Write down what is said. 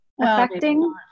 affecting